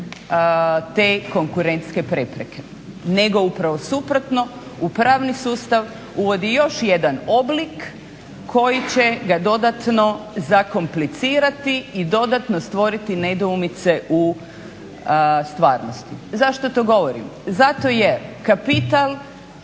te konkurentske prepreke, nego upravo suprotno u pravni sustav uvodi još jedan oblik koji će ga dodatno zakomplicirati i dodatno stvoriti nedoumice u stvarnosti. Zašto to govorim? Zato jer kapital